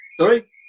Sorry